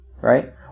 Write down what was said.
Right